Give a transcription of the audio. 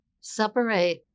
separate